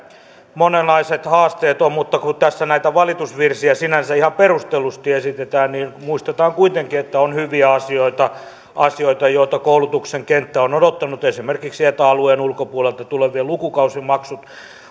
monenlaiset haasteet ovat mutta kun tässä näitä valitusvirsiä sinänsä ihan perustellusti esitetään niin muistetaan kuitenkin että on hyviä asioita asioita joita koulutuksen kenttä on odottanut esimerkiksi eta alueen ulkopuolelta tulevien lukukausimaksut